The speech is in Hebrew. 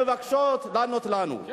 שמבקשות, לענות לנו.